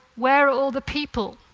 where are all the people?